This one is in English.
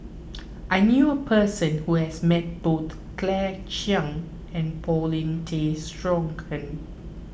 I knew a person who has met both Claire Chiang and Paulin Tay Straughan